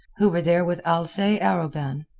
who were there with alcee arobin,